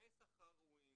תנאי שכר ראויים,